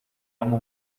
amó